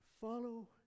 follow